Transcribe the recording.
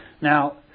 Now